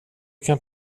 kan